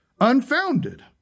unfounded